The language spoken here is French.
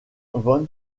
van